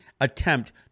attempt